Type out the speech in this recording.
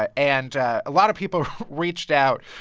ah and a lot of people reached out,